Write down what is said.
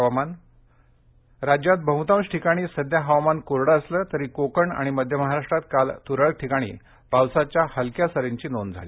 हवामान् राज्यात बहतांश ठिकाणी सध्या हवामान कोरडं असलं तरी कोकण आणि मध्य महाराष्ट्रात काल तुरळक ठिकाणी पावसाच्या हलक्या सरींची नोंद झाली